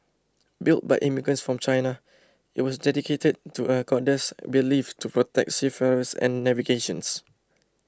built by immigrants from China it was dedicated to a goddess believed to protect seafarers and navigations